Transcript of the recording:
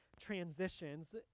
transitions